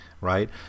right